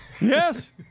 Yes